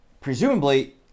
Presumably